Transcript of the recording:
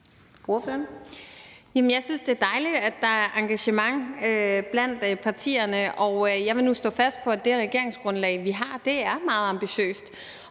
Jeg synes, det er dejligt, at der er engagement blandt partierne. Jeg vil nu stå fast på, at det regeringsgrundlag, vi har, er meget ambitiøst,